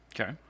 okay